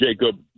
jacob